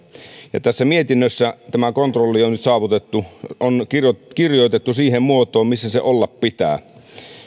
ja tässä mietinnössä tämä kontrolli on nyt saavutettu se on kirjoitettu kirjoitettu siihen muotoon missä sen olla pitää